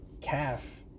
Calf